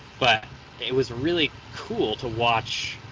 but it was really cool to watch.